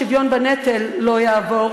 כפי שדאגתם שחוק השוויון בנטל לא יעבור,